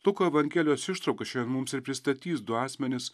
luko evangelijos ištrauka šiandien mums ir pristatys du asmenis